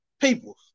people